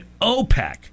OPEC